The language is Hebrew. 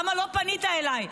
למה לא פנית אליי?